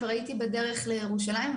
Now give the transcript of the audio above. כבר הייתי בדרך לירושלים,